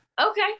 Okay